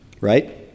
right